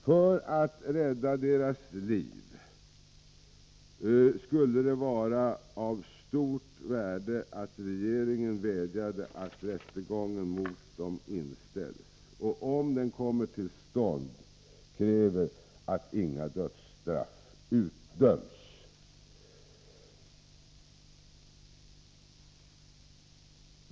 För att kunna rädda deras liv skulle det vara av stort värde att regeringen vädjade om att rättegången mot dem inställs och, om den kommer till stånd, kräver att inga dödsstraff utdöms.